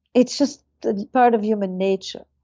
it's just part of human nature.